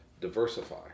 diversify